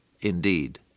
indeed